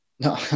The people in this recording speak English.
No